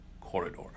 corridor